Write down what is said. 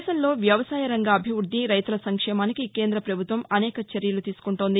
దేశంలో వ్యవసాయరంగ అభివృద్ది రైతుల సంక్షేమానికి కేంద్రపభుత్వం అనేక చర్యలు తీసుకుంటోంది